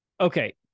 Okay